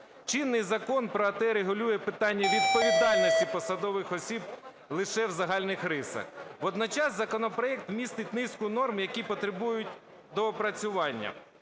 Чинний Закон про АТ регулює питання відповідальності посадових осіб лише в загальних рисах. Водночас законопроект містить низку норм, які потребують доопрацювання,